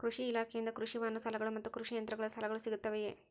ಕೃಷಿ ಇಲಾಖೆಯಿಂದ ಕೃಷಿ ವಾಹನ ಸಾಲಗಳು ಮತ್ತು ಕೃಷಿ ಯಂತ್ರಗಳ ಸಾಲಗಳು ಸಿಗುತ್ತವೆಯೆ?